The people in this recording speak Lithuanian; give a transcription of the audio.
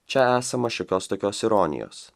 čia esama šiokios tokios ironijos